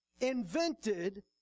invented